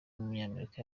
w’umunyamerika